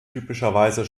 typischerweise